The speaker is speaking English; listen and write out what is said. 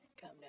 Come